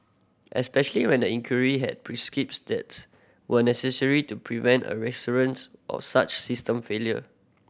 especially when the inquiry had steps were necessary to prevent a recurrence of such system failure